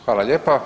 Hvala lijepa.